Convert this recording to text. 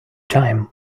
time